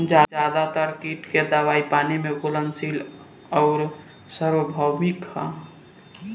ज्यादातर कीट के दवाई पानी में घुलनशील आउर सार्वभौमिक ह?